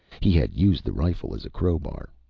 he had used the rifle as a crowbar,